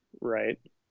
right